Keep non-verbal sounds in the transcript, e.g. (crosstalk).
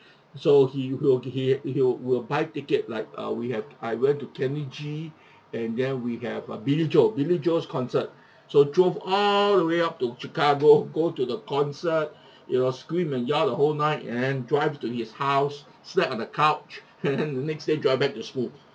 so he will he he'll will buy ticket like uh we have I went to kenny G and then we have uh billy joel billy joel's concert so drove all the way up to chicago go to the concert you know scream and yell the whole night and then drive to his house slept on the couch (laughs) and then next day drive back to school